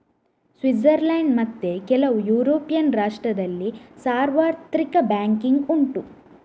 Switzerland ಮತ್ತೆ ಕೆಲವು European ರಾಷ್ಟ್ರದಲ್ಲಿ ಸಾರ್ವತ್ರಿಕ ಬ್ಯಾಂಕಿಂಗ್ ಉಂಟು